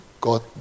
God